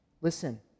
Listen